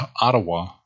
Ottawa